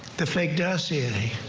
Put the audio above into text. the fake dossier.